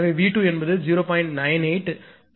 எனவே V2 என்பது 0